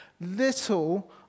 little